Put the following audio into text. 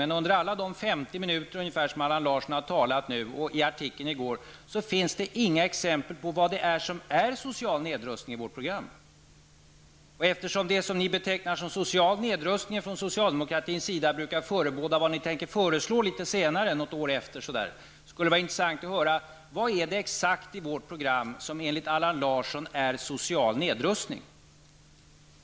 Men varken under de 50 minuter som Allan Larsson har talat nu eller i artikeln i går finns det något exempel på vad det är i vårt program som är social nedrustning. Eftersom det som ni från socialdemokraternas sida betecknar som social nedrustning brukar förebåda vad ni tänker föreslå något år senare, skulle det vara intressant att höra exakt vad det är i vårt program som enligt Allan Larsson är social nedrustning.